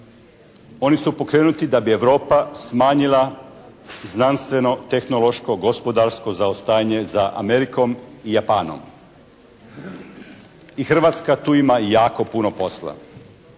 Oni su pokrenuti da bi Europa smanjila znanstveno-tehnološko gospodarsko zaostajanje za Amerikom i Japanom. I Hrvatska tu ima jako puno posla.